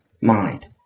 mind